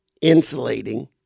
insulating